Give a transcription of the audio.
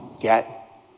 get